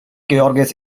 george’s